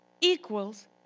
equals